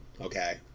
okay